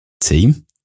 team